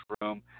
room